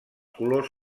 colors